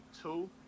two